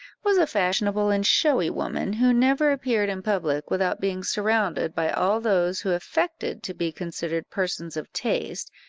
was a fashionable and showy woman, who never appeared in public without being surrounded by all those who affected to be considered persons of taste,